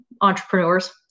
entrepreneurs